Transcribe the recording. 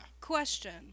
Question